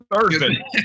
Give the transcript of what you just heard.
Thursday